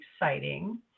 exciting